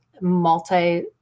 multi